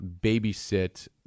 babysit